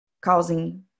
causing